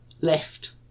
left